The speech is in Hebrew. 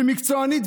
מקצוענית,